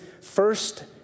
first